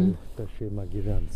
kol ta šeima gyvens